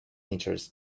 meters